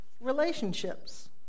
relationships